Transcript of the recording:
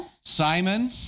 Simon